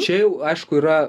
čia jau aišku yra